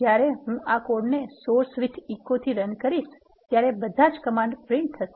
જ્યારે હું આ કોડને source with echo થી રન કરીશ ત્યારે બધા કમાન્ડ પ્રિન્ટ થશે